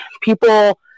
people